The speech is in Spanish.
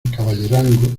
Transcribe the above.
caballerango